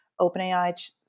OpenAI